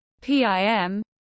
PIM